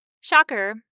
Shocker